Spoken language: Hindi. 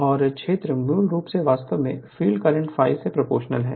और क्षेत्र मूल रूप से वास्तव में फील्ड करंट ∅ से प्रोपोर्शनल है